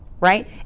right